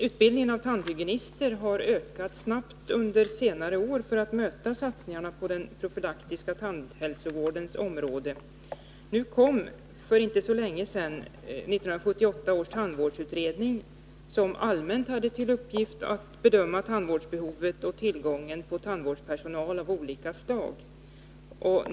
Utbildningen av tandhygienister har under senare år ökat snabbt för att möta satsningarna på den profylaktiska tandhälsovårdens område. Resultatet av 1978 års tandvårdsutredning kom för inte så länge sedan. Den hade allmänt till uppgift att bedöma tandvårdsbehovet och tillgången på tandvårdspersonal av olika slag.